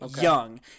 young